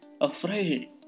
afraid